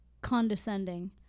Condescending